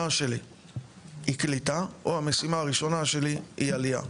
שלי היא קליטה או המשימה הראשונה שלי היא עלייה.